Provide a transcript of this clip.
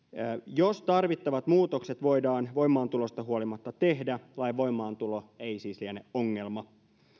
jos tarvittavat muutokset voidaan voimaantulosta huolimatta tehdä lain voimaantulo ei siis liene ongelma